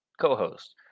co-host